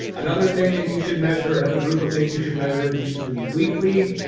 another thing that you should measure, another group of things you should measure, and you should do these weekly,